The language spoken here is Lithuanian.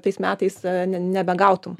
tais metais a ne nebegautum